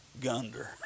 Gunder